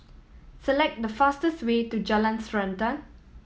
select the fastest way to Jalan Srantan